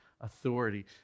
authority